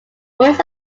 worlds